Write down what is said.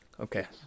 Okay